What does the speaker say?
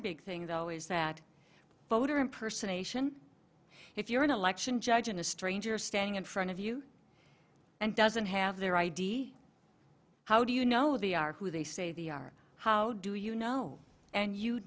big thing though is that voter impersonation if you're an election judge in a stranger standing in front of you and doesn't have their i d how do you know the are who they say they are how do you know and you